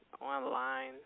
online